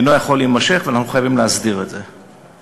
אינו יכול להימשך, ואנחנו חייבים להסדיר את זה.